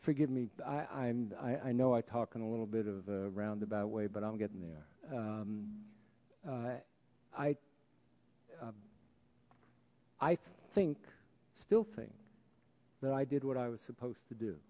forgive me i i'm i i know i talking a little bit of a roundabout way but i'm getting there i i i think still think that i did what i was supposed to do